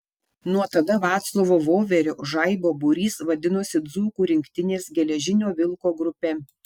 nuo tada vaclovo voverio žaibo būrys vadinosi dzūkų rinktinės geležinio vilko grupe